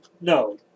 No